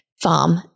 farm